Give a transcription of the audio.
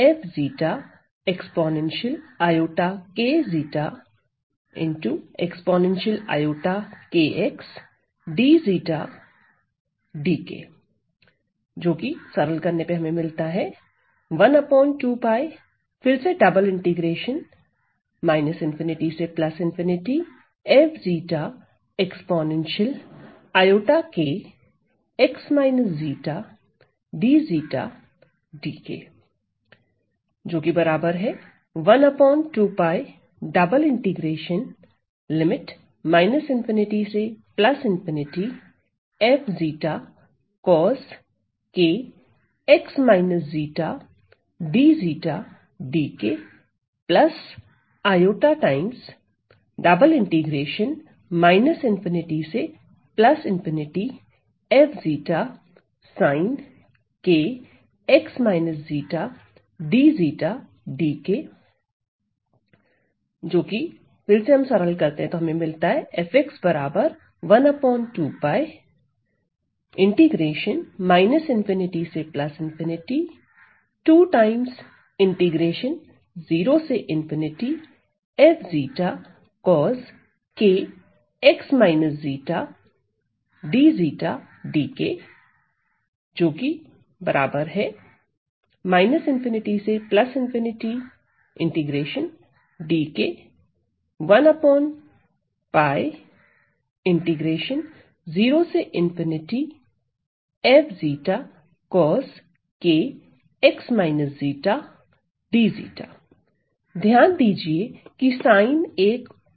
ध्यान दीजिए की साइन एक ओड फंक्शन है